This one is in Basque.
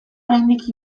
oraindik